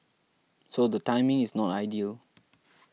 so the timing is not ideal